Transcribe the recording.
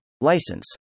License